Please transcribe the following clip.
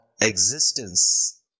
existence